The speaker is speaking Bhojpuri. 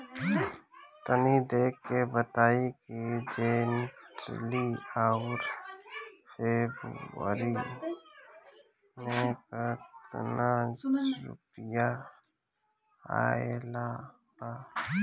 तनी देख के बताई कि जौनरी आउर फेबुयारी में कातना रुपिया आएल बा?